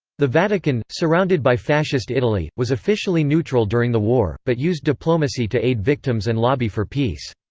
the vatican, surrounded by fascist italy, was officially neutral during the war, but used diplomacy to aid victims and lobby for peace.